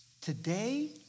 Today